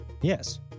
Yes